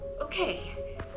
okay